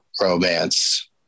romance